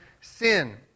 sin